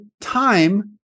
time